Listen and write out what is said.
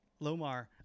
lomar